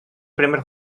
primer